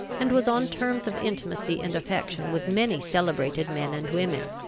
and was on terms of intimacy and affection with many celebrated men and women.